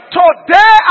today